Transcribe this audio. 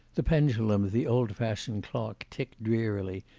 the pendulum of the old-fashioned clock ticked drearily,